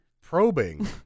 probing